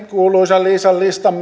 kuuluisan liisan listan